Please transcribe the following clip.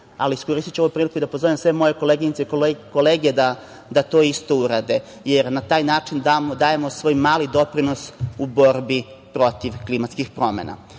ali iskoristiću ovu priliku i da pozovem sve moje koleginice i kolege da to isto urade, jer na taj način dajemo svoj mali doprinos u borbi protiv klimatskih promena,